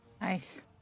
Nice